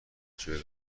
چهل